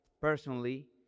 personally